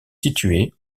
situé